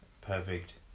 perfect